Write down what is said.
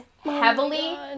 heavily